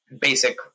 Basic